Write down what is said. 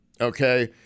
okay